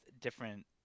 different